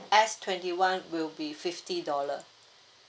S twenty one will be fifty dollar